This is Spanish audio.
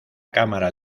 cámara